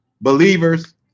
believers